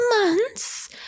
months